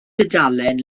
dudalen